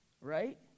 Right